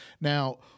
Now –